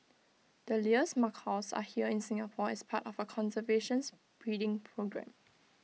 the Lear's macaws are here in Singapore as part of A conservation breeding programme